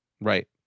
Right